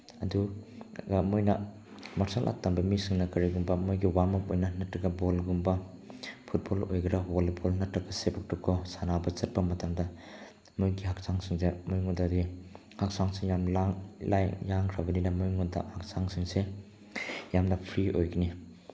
ꯑꯗꯨꯒ ꯃꯣꯏꯅ martial art ꯇꯝꯕ ꯃꯤꯁꯤꯡꯅ ꯀꯔꯤꯒꯨꯝꯕ ꯃꯣꯏꯒꯤ ꯋꯥꯔꯝ ꯑꯞ ꯑꯣꯏꯅ ꯅꯠꯇ꯭ꯔꯒ ꯕꯣꯜꯒꯨꯝꯕ ꯐꯨꯠꯕꯣꯜ ꯑꯣꯏꯒꯦꯔ ꯕꯣꯂꯤꯕꯣꯜ ꯅꯠꯇ꯭ꯔꯒ ꯁꯦꯄꯛ ꯇꯥꯀ꯭ꯔꯣ ꯁꯥꯟꯅꯕ ꯆꯠꯄ ꯃꯇꯝꯗ ꯃꯣꯏꯒꯤ ꯍꯛꯆꯥꯡꯁꯤꯡꯁꯦ ꯃꯣꯏꯉꯣꯟꯗ ꯍꯛꯆꯥꯡꯁꯦ ꯌꯥꯝ ꯌꯥꯡꯈ꯭ꯔꯕꯅꯤꯅ ꯃꯣꯏꯉꯣꯟꯗ ꯍꯛꯆꯥꯡꯁꯤꯡꯁꯦ ꯌꯥꯝꯅ ꯐ꯭ꯔꯤ ꯑꯣꯏꯒꯅꯤ